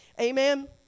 Amen